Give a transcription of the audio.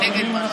חברים,